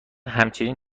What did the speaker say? همچنین